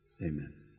Amen